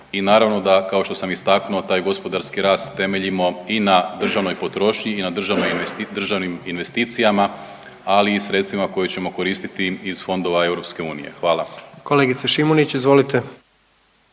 I naravno da kao što sam istaknuo taj gospodarski rast temeljimo i na državnoj potrošnji i na državnim investicijama, ali i sredstvima koja ćemo koristiti iz fondova EU. Hvala. **Jandroković, Gordan